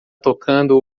tocando